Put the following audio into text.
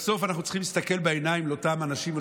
בסוף אנחנו צריכים להסתכל בעיניים לאותם אנשים,